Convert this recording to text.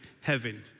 heaven